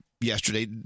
yesterday